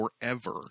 forever